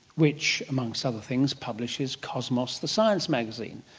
which amongst other things publishes cosmos the science magazine.